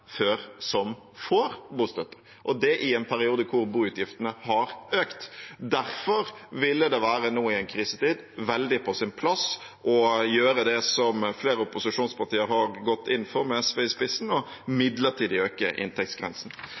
før som får bostøtte, og det i en periode da boutgiftene har økt. Derfor ville det nå i en krisetid være veldig på sin plass å gjøre det som flere opposisjonspartier har gått inn for, med SV i spissen: å midlertidig øke inntektsgrensen.